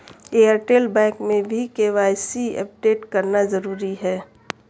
Airtel bank में भी KYC update करना जरूरी है